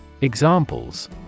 Examples